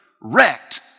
wrecked